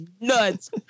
nuts